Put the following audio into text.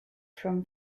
from